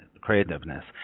creativeness